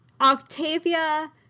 Octavia